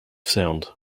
sound